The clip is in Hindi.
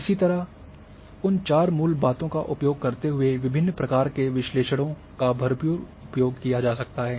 इसी तरह उन चार मूल बातों का उपयोग करते हुए विभिन्न प्रकार के विश्लेषणों का भरपूर उपयोग किया जा सकता है